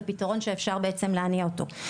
ופתרון שאפשר בעצם להניע אותו,